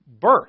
birth